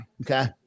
Okay